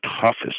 toughest